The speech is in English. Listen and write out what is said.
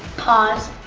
pause.